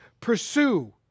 pursue